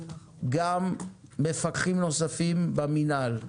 גם מפקחים נוספים במינהל,